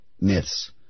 myths